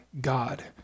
God